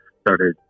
started